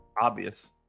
Obvious